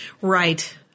Right